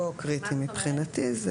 לא קריטי מבחינתי.